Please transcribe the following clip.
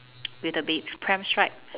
with the ba~ pram strap